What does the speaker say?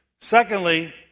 Secondly